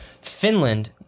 Finland